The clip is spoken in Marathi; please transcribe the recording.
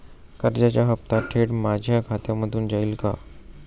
कर्जाचा हप्ता थेट माझ्या खात्यामधून जाईल का?